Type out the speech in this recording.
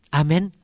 amen